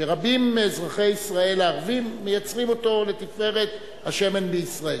שרבים מאזרחי ישראל הערבים מייצרים אותו לתפארת השמן בישראל.